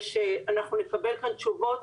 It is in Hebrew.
ושאנחנו נקבל כאן תשובות